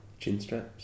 Chinstraps